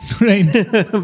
Right